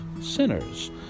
sinners